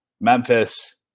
Memphis